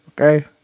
okay